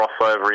crossover